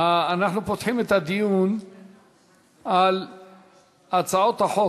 אנחנו פותחים את הדיון על הצעות החוק.